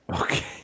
Okay